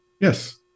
Yes